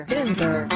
Denver